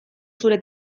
zure